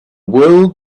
world